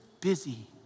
busy